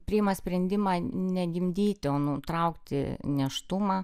priima sprendimą negimdyti o nutraukti nėštumą